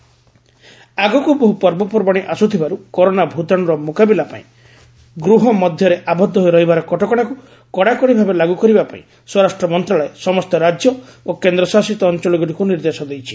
home ministry state ଆଗକୁ ବହୁ ପର୍ବପର୍ବାଣୀ ଆସୁଥିବାରୁ କରୋନା ଭୂତାଣୁର ମୁକାବିଲା ପାଇଁ ଗୃହ ମଧ୍ୟରେ ଆବଦ୍ଧ ହୋଇ ରହିବାର କଟକଣାକୁ କଡ଼ାକଡ଼ି ଭାବେ ଲାଗୁ କରିବା ପାଇଁ ସ୍ୱରାଷ୍ଟ୍ର ମନ୍ତ୍ରଣାଳୟ ସମସ୍ତ ରାଜ୍ୟ ଓ କେନ୍ଦ୍ରଶାସିତ ଅଞ୍ଚଳଗୁଡ଼ିକୁ ନିର୍ଦ୍ଦେଶ ଦେଇଛି